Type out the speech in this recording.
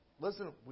listen